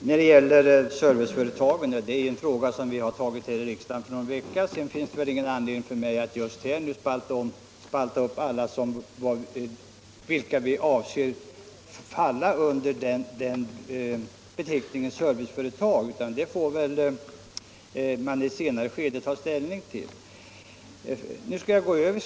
Herr talman! Eftersom riksdagen behandlade frågan om serviceföretagen för en vecka sedan, finns det väl ingen anledning för mig att nu spalta upp vilka företag vi anser skall falla under beteckningen serviceföretag, utan det får man väl ta ställning till i ett senare skede.